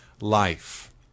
life